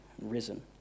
Risen